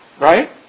Right